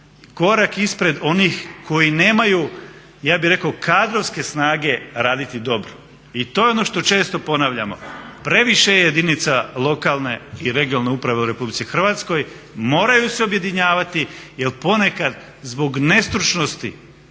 korak ispred onih koji nemaju ja bi rekao kadrovske snage raditi dobro. I to je ono što često ponavljamo. Previše je jedinica lokalne i regionalne uprave u RH moraju se objedinjavati jel ponekad zbog nestručnosti